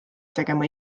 tegema